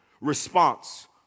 response